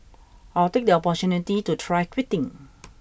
I'll take the opportunity to try quitting